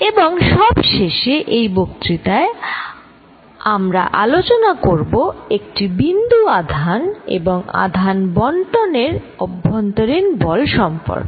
এবং সবশেষে এই বক্তৃতায় আমরা আলোচনা করব একটি বিন্দু আধান এবং আধান বণ্টনের অভ্যন্তরীণ বল সম্পর্কে